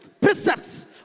precepts